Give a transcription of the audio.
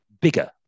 bigger